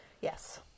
Yes